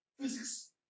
physics